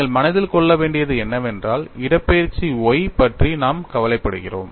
நீங்கள் மனதில் கொள்ள வேண்டியது என்னவென்றால் இடப்பெயர்ச்சி y பற்றி நாம் கவலைப்படுகிறோம்